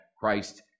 Christ